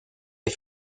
des